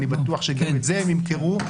גם את זה הם ימכרו,